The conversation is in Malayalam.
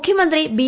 മുഖ്യമന്ത്രി ബി